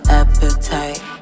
appetite